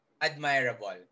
admirable